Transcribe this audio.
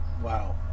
Wow